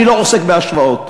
אני לא עוסק בהשוואות,